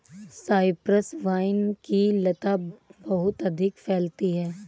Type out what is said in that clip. Cyprus vine की लता बहुत अधिक फैलती है